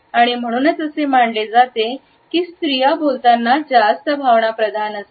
आणि म्हणूनच असे मानले जाते की स्त्रिया बोलताना जास्त भावनाप्रधान असतात